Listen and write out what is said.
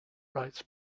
writes